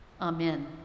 Amen